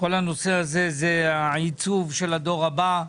כל הנושא הזה זה עיצוב הדור הבא,